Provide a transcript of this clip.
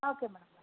okay madam